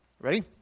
Ready